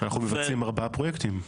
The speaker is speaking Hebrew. אנחנו מבצעים 4 פרויקטים.